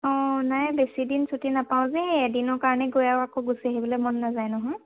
অঁ নাই বেছিদিন ছুটি নাপাওঁ যে এদিনৰ কাৰণে গৈ আৰু আকৌ গুচি আহিবলৈ মন নাযায় নহয়